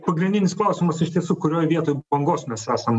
pagrindinis klausimas iš tiesų kurioj vietoj bangos mes esam